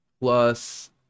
plus